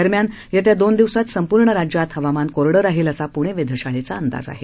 दरम्यान येत्या दोन दिवसांत संपूर्ण राज्यात हवामान कोरडं राहील असा पूणे वेधशाळेचा अंदाज आहे